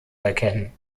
erkennen